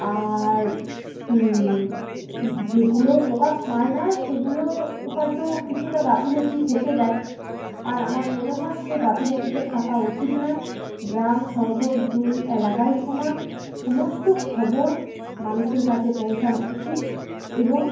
আর যেগুলো প্রকাশ পায় না সেগুলো হয়তো কিছুটা গাফিলতি থেকে যায় আর আমার মনে হয় সেই গাফিলতিটা থাকা উচিত নয় গ্রাম শহর দুই এলাকায় সমান সমস্ত খবর মানুষের কাছে পৌঁছানো উচিত এবং